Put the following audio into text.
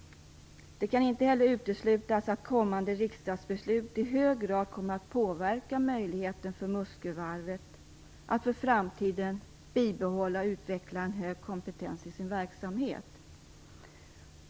Det kan heller inte uteslutas att kommande riksdagsbeslut i hög grad kommer att påverka möjligheten för Muskövarvet att för framtiden behålla och utveckla en hög kompetens i sin verksamhet.